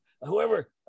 whoever